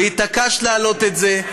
והתעקשת להעלות את זה.